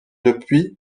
depuis